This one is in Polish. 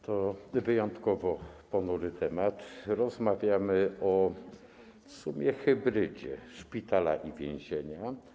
To wyjątkowo ponury temat, rozmawiamy w sumie o hybrydzie szpitala i więzienia.